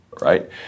right